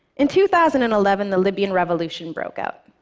in two thousand and eleven, the libyan revolution broke out,